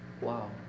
Wow